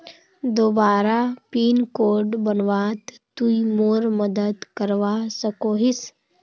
दोबारा pin code बनवात तुई मोर मदद करवा सकोहिस?